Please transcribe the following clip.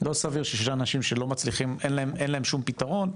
לא סביר שישנם אנשים שאין להם שום פתרון,